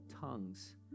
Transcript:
tongues